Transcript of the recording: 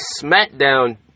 SmackDown